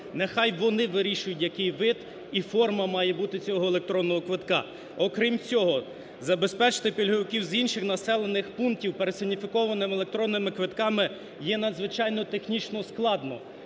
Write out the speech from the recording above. Нехай вони вирішують, який вид і форма має бути цього електронного квитка. Окрім цього, забезпечити пільговиків з інших населених пунктів персоніфікованими електронними квитками є надзвичайно технічно складно.